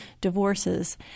divorces